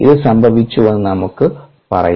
ഇത് സംഭവിച്ചുവെന്ന് നമുക്ക് പറയാം